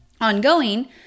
ongoing